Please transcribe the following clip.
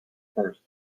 purse